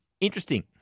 interesting